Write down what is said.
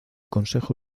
consejo